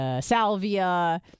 Salvia